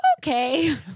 okay